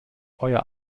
euer